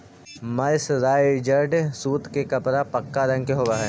mercerised सूत के कपड़ा पक्का रंग के होवऽ हई